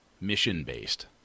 mission-based